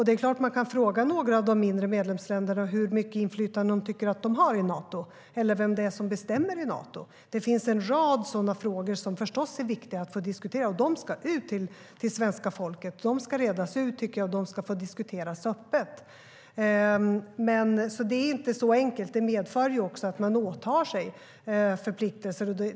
Det är klart att man kan fråga några av de mindre medlemsländerna hur mycket inflytande de tycker att de har i Nato eller vem det är som bestämmer i Nato.Det finns en rad sådana frågor som förstås är viktiga att få diskutera, och jag tycker att de ska ut till svenska folket för att redas ut och diskuteras öppet. Det är alltså inte så enkelt utan medför också att man åtar sig förpliktelser.